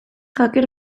hacker